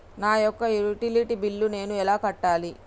నా యొక్క utility bill నేను ఎలా కట్టాలి?